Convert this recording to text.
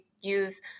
use